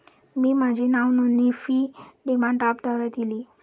मी माझी नावनोंदणी fee demand ड्राफ्टद्वारे दिली